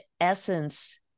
essence